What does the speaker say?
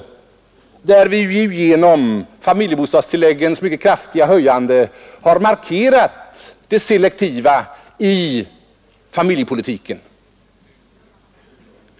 Genom familjebostadstilläggens mycket kraftiga höjande har vi markerat det selektiva i familjepolitiken.